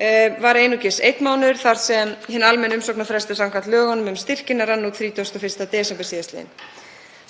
2021 var einungis einn mánuður þar sem hinn almenni umsóknarfrestur, samkvæmt lögunum um styrkina, rann út 31. desember sl.